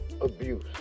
abuse